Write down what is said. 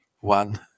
one